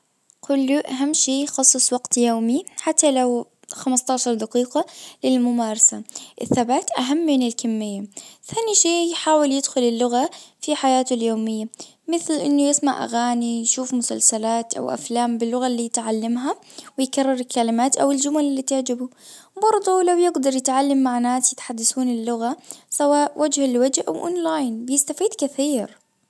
قول له اهم شيء فرصة وقت يومي حتى لو خمسة عشر دقيقة للممارسة الثبات اهم من الكمية ثاني شيء يحاول يدخل اللغة في حياته اليومية مثل انه يسمع اغاني يشوف مسلسلات او افلام باللغة اللي تعلمها ويكرر الكلمات او الجمل اللي تعجبه برضه لو يقدر يتعلم مع ناس يتحدثون اللغة سواء وجه لوجه او اونلاين بيستفيد كثير.